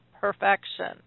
perfection